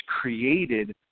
created